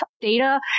data